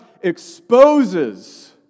exposes